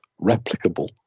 replicable